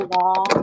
long